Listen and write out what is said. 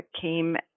came